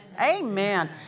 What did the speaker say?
Amen